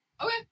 Okay